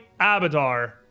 Abadar